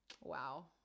Wow